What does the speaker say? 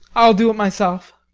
i will do it myself.